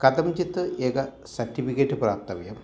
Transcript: कदाचित् एकं सर्टिफ़िकेट् प्राप्तव्यम्